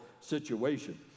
situation